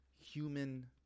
human